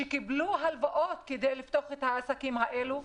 שקיבלו הלוואות כדי לפתוח את העסקים האלה,